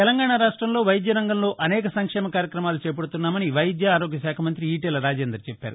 తెలంగాణ రాష్టంలో వైద్య రంగంలో అనేక సంక్షేమ కార్యక్రమాలు చేపడుతున్నామని వైద్య ఆరోగ్య శాఖ మంత్రి ఈటల రాజేందర్ చెప్పారు